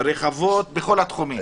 רחבות בכל התחומים.